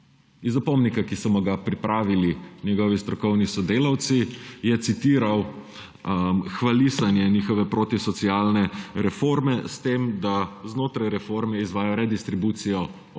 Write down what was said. Iz opomnika, ki so mu ga pripravili njegovi strokovni sodelavci, je citiral hvalisanje njihove protisocialne reforme s tem, da znotraj reform izvaja redistribucijo